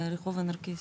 רח' הנרקיס.